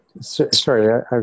Sorry